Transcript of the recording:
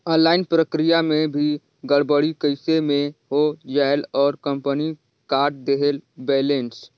Online प्रक्रिया मे भी गड़बड़ी कइसे मे हो जायेल और कंपनी काट देहेल बैलेंस?